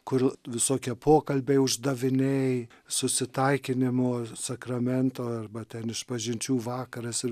kur visokie pokalbiai uždaviniai susitaikinimo sakramento arba ten išpažinčių vakaras ir